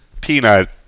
peanut